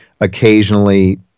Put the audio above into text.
Occasionally